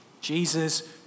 Jesus